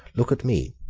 look at me.